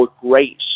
great